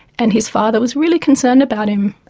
and his father was really concerned about him,